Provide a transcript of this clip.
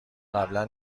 قبلا